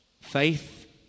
Faith